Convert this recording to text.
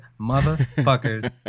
motherfuckers